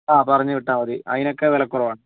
ആ പറഞ്ഞു വിട്ടാൽമതി അതിനൊക്കെ വിലക്കുറവാണ്